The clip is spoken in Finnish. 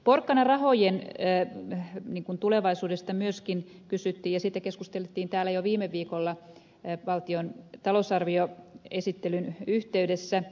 porkkanarahojen tulevaisuudesta myöskin kysyttiin ja siitä keskusteltiin täällä jo viime viikolla valtion talousarvioesittelyn yhteydessä